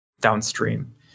downstream